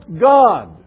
God